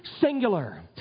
singular